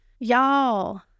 Y'all